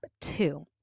two